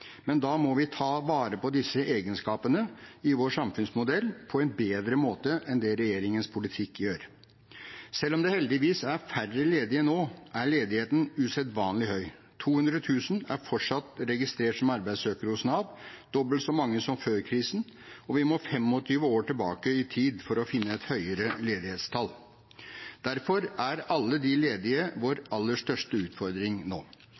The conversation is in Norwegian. men da må vi ta vare på disse egenskapene i vår samfunnsmodell på en bedre måte enn det regjeringens politikk gjør. Selv om det heldigvis er færre ledige nå, er ledigheten usedvanlig høy. 200 000 er fortsatt registrert som arbeidssøkere hos Nav, dobbelt så mange som før krisen, og vi må 25 år tilbake i tid for å finne et høyere ledighetstall. Derfor er alle de ledige vår aller største utfordring nå.